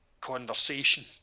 conversation